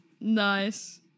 Nice